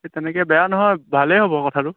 তেনেকৈ বেয়া নহয় ভালেই হ'ব কথাটো